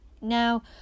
Now